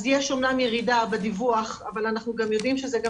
אז יש אמנם ירידה בדיווח אבל אנחנו יודעים שזה גם